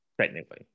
Technically